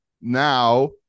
now